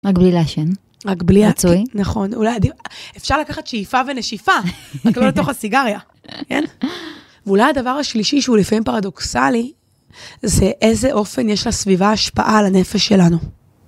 רק בלי לעשן? רצוי? נכון, אולי... אפשר לקחת שאיפה ונשיפה, רק לא לתוך הסיגריה, כן? ואולי הדבר השלישי שהוא לפעמים פרדוקסלי, זה איזה אופן יש לסביבה השפעה על הנפש שלנו.